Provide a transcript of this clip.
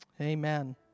amen